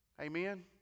Amen